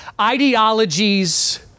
ideologies